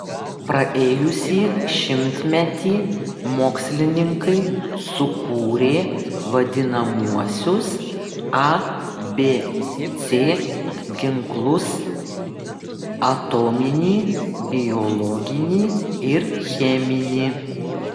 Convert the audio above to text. praėjusį šimtmetį mokslininkai sukūrė vadinamuosius abc ginklus atominį biologinį ir cheminį